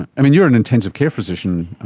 i mean, you're an intensive care physician,